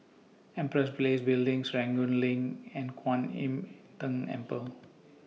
Empress Place Building Serangoon LINK and Kwan Im Tng Temple